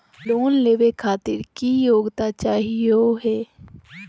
Loan लेवे खातीर की योग्यता चाहियो हे?